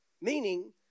Meaning